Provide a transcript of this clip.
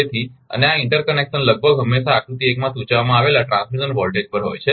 તેથી અને આ ઇન્ટરકનેક્શન લગભગ હંમેશાં આકૃતિ 1 માં સૂચવવામાં આવેલા ટ્રાન્સમિશન વોલ્ટેજ પર હોય છે